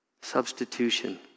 substitution